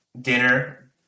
dinner